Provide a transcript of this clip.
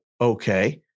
okay